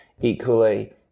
equally